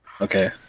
Okay